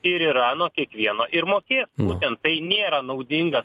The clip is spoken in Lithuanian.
ir yra nuo kiekvieno ir mokės būtent tai nėra naudinga